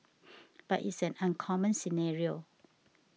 but it's an uncommon scenario